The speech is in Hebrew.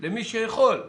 למי שיכול.